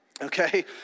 okay